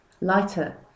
lighter